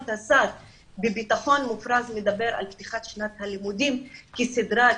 את השר בביטחון מופרז מדבר על פתיחת שנת הלימודים כסדרה,